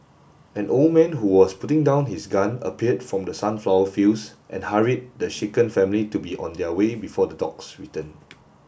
an old man who was putting down his gun appeared from the sunflower fields and hurried the shaken family to be on their way before the dogs return